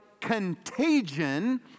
Contagion